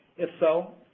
if so,